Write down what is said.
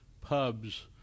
pubs